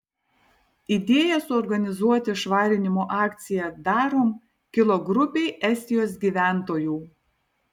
idėja suorganizuoti švarinimo akciją darom kilo grupei estijos gyventojų